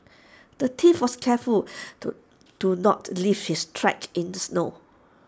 the thief was careful to to not leave his tracks in the snow